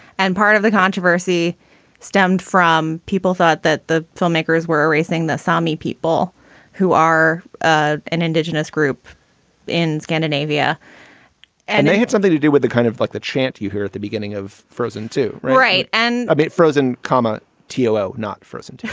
and part of the controversy stemmed from people thought that the filmmakers were racing, the saami people who are ah an indigenous group in scandinavia and they had something to do with the kind of like the chant you hear at the beginning of frozen to right and a bit frozen, comma yellow. not frozen.